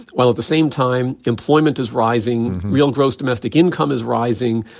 while at the same time employment is rising, real gross domestic income is rising.